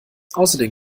außerdem